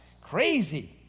Crazy